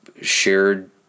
shared